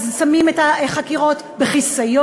אז שמים את החקירות בחיסיון,